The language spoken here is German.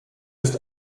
ist